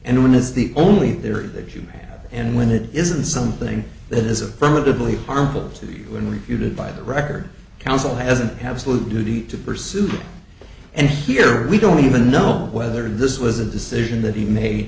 and when is the only there that you met and when it isn't something that is affirmatively harmful to you when refuted by the record counsel hasn't have slow duty to pursue and here we don't even know whether this was a decision that he may